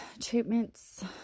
treatments